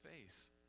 face